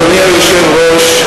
אדוני היושב-ראש,